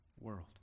world